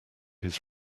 his